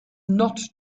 not